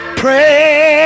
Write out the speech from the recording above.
pray